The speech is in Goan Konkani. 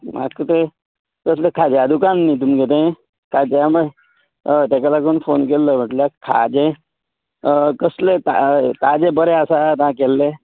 म्हाका तें कसलें खाज्या दुकान न्ही तुमगे तें खाज्या माण हय तेका लागून फोन केल्लो म्हटल्या खाजें कसलें ताय ताजें बरें आसा ता केल्लें